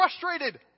frustrated